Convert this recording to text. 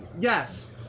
Yes